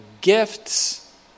gifts